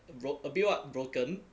bro~ a bit what broken